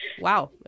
wow